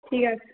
ঠিক আছে